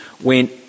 went